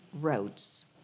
roads